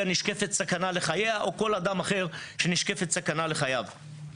נשקפת סכנה לחייה או כל אדם אחר שנשקפת סכנה לחייו.